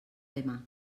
demà